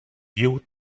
you